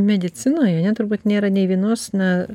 medicinoje ane turbūt nėra nė vienos na